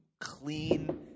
clean